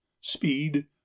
Speed